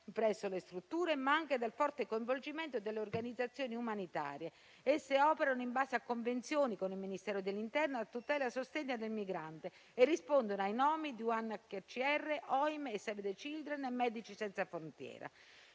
presso le strutture, ma anche dal forte coinvolgimento delle organizzazioni umanitarie. Esse operano in base a convenzioni con il Ministero dell'interno a tutela e sostegno del migrante e rispondono ai nomi di UNHCR, OIM, Save the children e Medici senza frontiere.